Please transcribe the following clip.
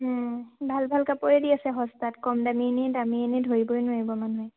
ভাল ভাল কাপোৰে দি আছে সস্তাত কম দামী এনে দামী এনেই ধৰিবই নোৱাৰিব মানুহে